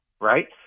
right